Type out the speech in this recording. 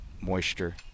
moisture